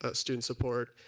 ah student support,